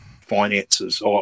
finances